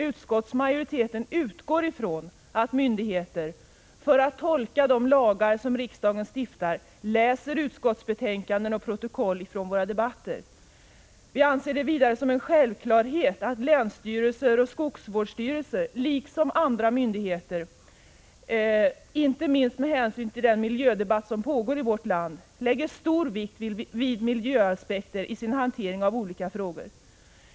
Utskottsmajoriteten utgår från att myndigheter, för att tolka de lagar som riksdagen stiftar, läser utskottsbetänkanden och protokoll från våra debatter. Vi anser det vidare som en självklarhet att länsstyrelser och skogsvårdsstyrelser, liksom andra myndigheter, inte minst med tanke på den miljödebatt som pågår i vårt land lägger stor vikt vid miljöaspekter i sin hantering av olika frågor.